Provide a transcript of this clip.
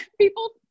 people